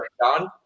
done